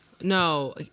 No